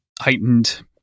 heightened